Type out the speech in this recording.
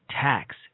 tax